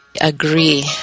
agree